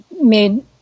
made